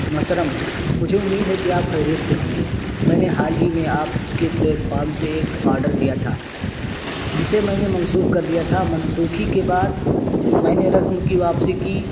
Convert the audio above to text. محترم مجھے امید ہے کہ آپ خیریت سے ہوں گے میں نے حال ہی میں آپ کے پلیٹ فارم سے ایک آرڈر دیا تھا جسے میں نے منسوخ کر دیا تھا منسوخ کے بعد میں نے رقم کی واپسی کی